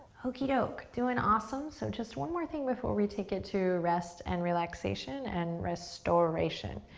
okey dok, doin' awesome. so just one more thing before we take it to rest and relaxation and restoration.